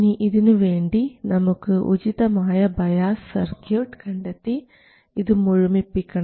ഇനി ഇതിനു വേണ്ടി നമുക്ക് ഉചിതമായ ബയാസ് സർക്യൂട്ട് കണ്ടെത്തി ഇത് മുഴുമിപ്പിക്കണം